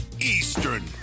Eastern